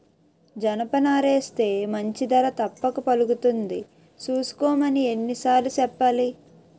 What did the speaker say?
జనపనారేస్తే మంచి ధర తప్పక పలుకుతుంది సూసుకోమని ఎన్ని సార్లు సెప్పాలి?